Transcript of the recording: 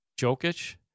Jokic